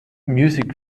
music